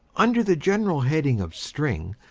under the general head of string,